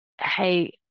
Hey